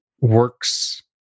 works